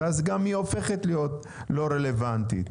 ואז היא הופכת להיות לא רלוונטית?